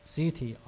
city